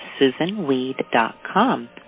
susanweed.com